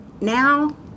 now